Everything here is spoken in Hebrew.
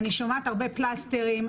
אני שומעת הרבה פלסטרים,